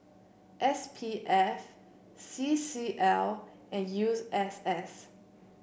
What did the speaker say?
S P F C C L and use S S